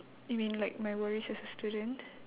you mean like my worries as a student